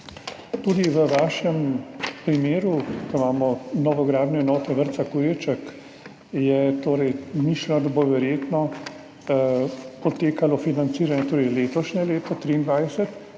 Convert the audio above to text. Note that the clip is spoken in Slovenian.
Tudi v vašem primeru, ko imamo novogradnjo enote vrtca Kurirček, je torej mišljeno, da bo verjetno potekalo financiranje, torej za letošnje leto 2023